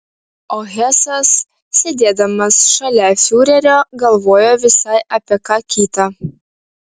o hesas sėdėdamas šalia fiurerio galvojo visai apie ką kitą